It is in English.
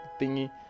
thingy